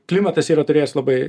klimatas yra turėjęs labai